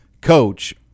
coach